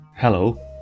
Hello